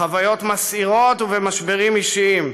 בחוויות מסעירות ובמשברים אישיים.